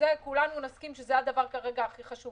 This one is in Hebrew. וכולנו נסכים שזה כרגע הדבר הכי חשוב.